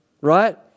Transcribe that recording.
right